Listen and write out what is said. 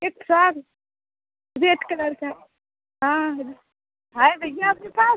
एक frock red colour का हाँ है भैया आपके पास